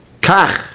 Kach